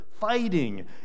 fighting